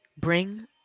Bring